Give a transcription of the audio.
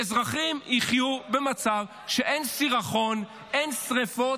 שאזרחים יחיו במצב שאין סירחון, אין שרפות.